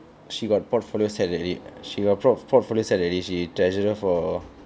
she got portfolio set already she got portfolio set already she treasurer for